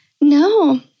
No